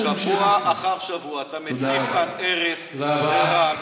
בגלל ששבוע אחר שבוע אתה מטיף כאן ארס ורעל,